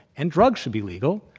and drugs should be legal.